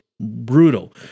brutal